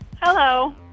Hello